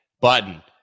button